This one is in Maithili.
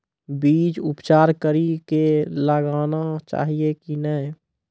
बीज उपचार कड़ी कऽ लगाना चाहिए कि नैय?